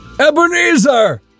Ebenezer